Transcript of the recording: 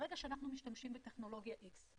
ברגע שאנחנו משתמשים בטכנולוגיה X,